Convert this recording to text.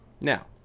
now